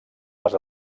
les